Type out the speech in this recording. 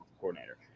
Coordinator